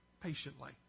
patiently